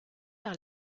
par